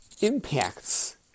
impacts